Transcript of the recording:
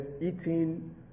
eating